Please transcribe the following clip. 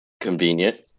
Convenient